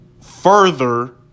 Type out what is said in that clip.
further